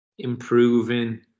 improving